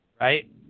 Right